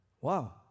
Wow